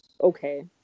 Okay